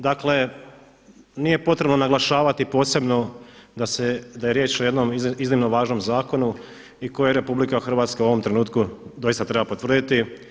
Dakle nije potrebno naglašavati posebno da je riječ o jednom iznimno važnom zakonu i koji RH u ovom trenutku doista treba potvrditi.